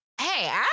Hey